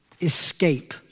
escape